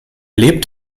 lebt